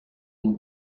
une